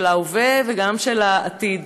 של ההווה וגם של העתיד.